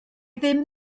ddim